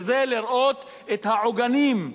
וזה לראות את העוגנים,